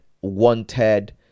wanted